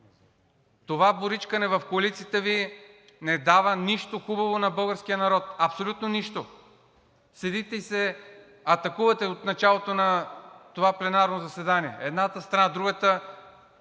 Това боричкане в коалицията Ви не дава нищо хубаво на българския народ. Абсолютно нищо! Седите и се атакувате от началото на това пленарно заседание. Едната страна, другата,